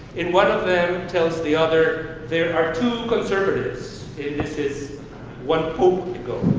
and one of them tells the other, there are two conservatives, and this is one pope ago,